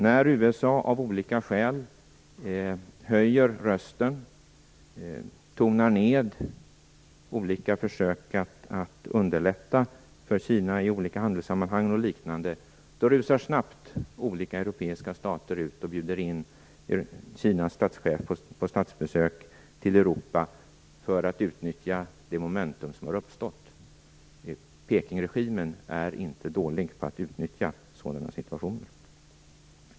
När USA av olika skäl höjer rösten eller tonar ned olika försök att underlätta för Kina i olika handelssammanhang, då rusar snabbt olika europeiska stater ut och bjuder in Kinas statschef på statsbesök till Europa för att utnyttja det momentum som har uppstått. Pekingregimen är inte dålig på att utnyttja sådana situationer.